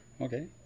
okay